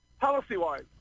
policy-wise